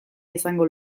izango